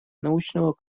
научного